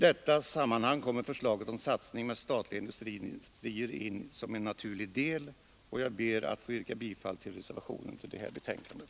I detta sammanhang kommer förslaget om satsning med statliga industrier in som en naturlig del. Jag ber att få yrka bifall till reservationen vid betänkandet.